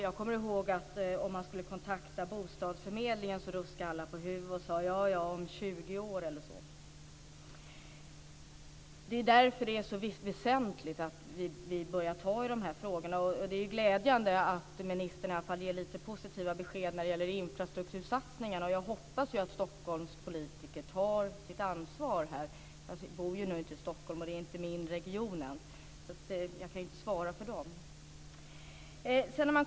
Jag kommer ihåg att om man skulle kontakta bostadsförmedlingen ruskade alla på huvudet och sade: Jaja, om 20 år eller så. Det är därför det är så väsentligt att vi börjar ta tag i de här frågorna, och det är glädjande att ministern i alla fall ger lite positiva besked när det gäller infrastruktursatsningar. Jag hoppas att Stockholms politiker tar sitt ansvar här. Jag bor nu inte i Stockholm, och det är inte ens min region, så jag kan inte svara för dem.